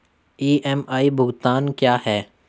EMI भुगतान क्या है?